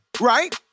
right